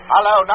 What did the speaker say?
Hello